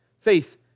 Faith